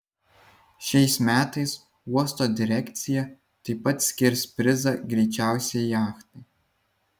šiais metais uosto direkcija taip pat skirs prizą greičiausiai jachtai